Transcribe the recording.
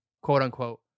quote-unquote